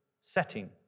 setting